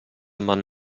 man